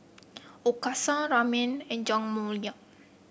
okinawa Ramen and Jajangmyeon